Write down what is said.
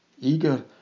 eager